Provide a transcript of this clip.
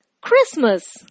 Christmas